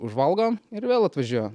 žvalgom ir vėl atvažiuojam